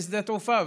בשדה התעופה,